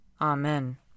Amen